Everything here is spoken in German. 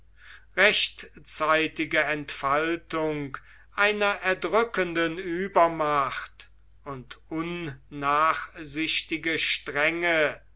rechtzeitige entfaltung einer erdrückenden übermacht und unnachsichtige strenge